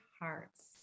hearts